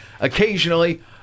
Occasionally